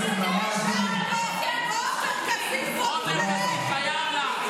עופר כסיף חייב לך.